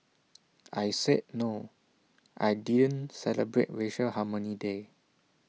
I said no I didn't celebrate racial harmony day